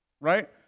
right